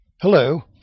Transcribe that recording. Hello